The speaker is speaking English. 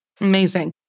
Amazing